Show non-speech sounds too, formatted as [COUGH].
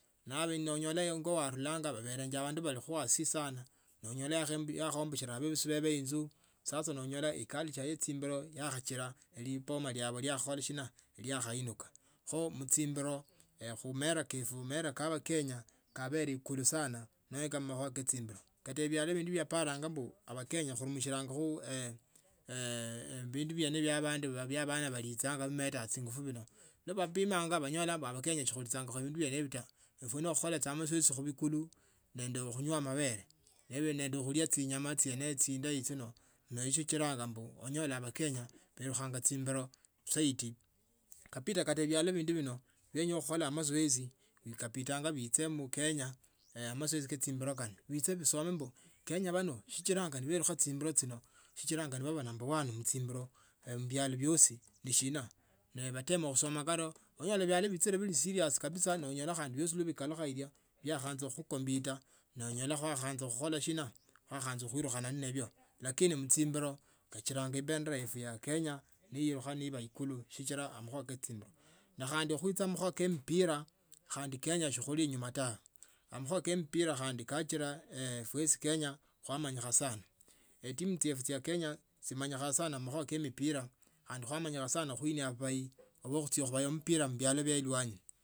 Nabe onyala khunyola engo yanolanga babelenge abandu baa asi sana nonyola yakhaombeshola bebusi inzu sasa onyola eculture ya chimbulo yakhachila liboma likhakhola sina likhainuka kho muchimbiro khumora kefu mera kefa kia kenya kabele ikulu sichila khu mukhuwa ke chimbilo kata mubialo bia paranga mbu kenya khurumishalanga bindu bene bia abandu abana balichanga bimetanga chinguta chino kabidanga onyola bakenya si khulishanga bindi biene taa ifwe ni khukhola saa. Masoesi mubikulu nende khunywa amabele nende khulia chio nyama chindayi chino msichilianga mbu onyola bakenga belukhungu chimbile saidi kabida kata bialo bendi bino bienya khukhola mazoezi nekabida biche mukenya [HESITATION] masoesi ka chimbilo chino biche bisomi mbu kenya bano sichinanga belukha chimbilo chino sichira naba number che muchina biro mubialo biosi ni shina. nehatema khusoma kano nonyola bialo nabili serious nonyola biosi nabikalukha bino bikhaanza khucompitia nonyola kwakhaanza kukholo shina kwakhaanza khoo lukhana nabo lakini muchimbilo kachira ebendera yefwe ya kenya nelukha nebo. ikulu sichila amakhuwa ke chimbiro khandi mukhuicha mmakhuwa ke mpira khandi kenya sikhuuli inyuma tawe amakhuwa ke mpira khandi khachira khandi fwesi khu kenya ino yawanyikha sana etimu yefwe ya kenya ino ubendera yefwe ya kenya nelukha nebo. ikulu sichila amakhuwa ke chimbiro khandi mukhuicha mmakhuwa ke mpira khandi kenya sikhuuli inyuma tawe amakhuwa ke mpira khandi khachira khandi fwesi khu kenya ino yawanyikha sana etimu yefwe ya kenya ino yamanyikha sana mmakhuwa kie mpira khandi kwamanyika sana khuinia babayi ba khucha khubaya mpira mbialo bia elwani.